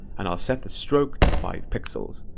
and i'll set the stroke to five pixels.